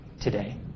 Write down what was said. today